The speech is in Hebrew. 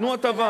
תנו הטבה.